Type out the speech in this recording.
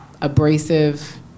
abrasive